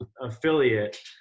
affiliate